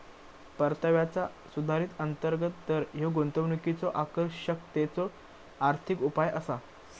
परताव्याचा सुधारित अंतर्गत दर ह्या गुंतवणुकीच्यो आकर्षकतेचो आर्थिक उपाय असा